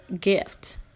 gift